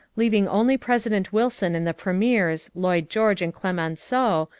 leaving only president wilson and the premiers, lloyd george and clemenceau,